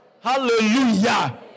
Hallelujah